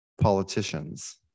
politicians